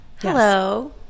Hello